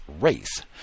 race